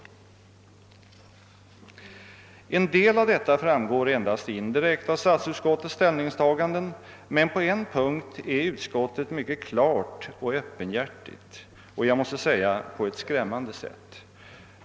En del av detta framgår endast indirekt av statsutskottets ställningstaganden, men på en punkt är utskottet mycket klart och öppenhjärtligt — och jag måste säga på ett skrämmande sätt.